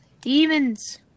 Demons